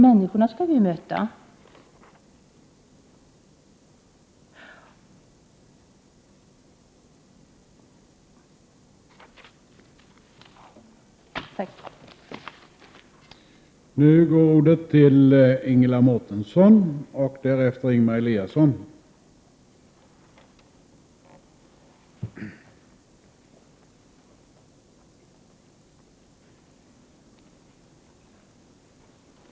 Människorna skall vi dock möta.